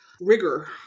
rigor